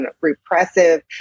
repressive